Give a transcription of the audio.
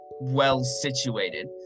well-situated